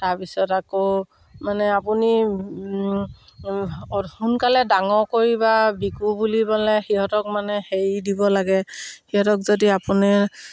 তাৰপিছত আকৌ মানে আপুনি সোনকালে ডাঙৰ কৰি বা বিকো বুলিবলৈ সিহঁতক মানে হেৰি দিব লাগে সিহঁতক যদি আপুনি